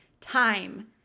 Time